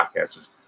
podcasters